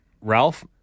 Ralph